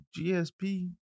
GSP